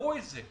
אמרו את זה.